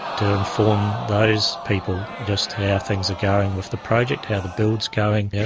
to inform those people just how ah things are going with the project, how the build's going.